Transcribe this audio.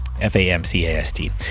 F-A-M-C-A-S-T